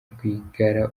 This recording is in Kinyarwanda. rwigara